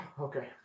okay